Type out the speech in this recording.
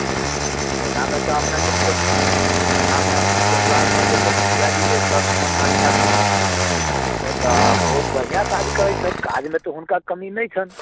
क ओनामे तऽ अपना जङ्ग तऽ ओनामे जजुआर मध्यके मुखिआ जी जे छथि सुमन नाथ ठाकुर ओ तऽ बहुत बढ़िआँ काज करैत छथि काजमे तऽ हुनका कमी नहि छनि